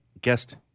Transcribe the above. guest